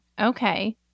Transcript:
Okay